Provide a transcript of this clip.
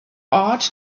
ought